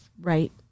right